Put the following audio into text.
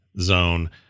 zone